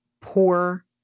poor